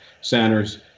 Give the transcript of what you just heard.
centers